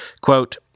Quote